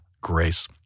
grace